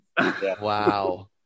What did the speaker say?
Wow